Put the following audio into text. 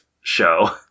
show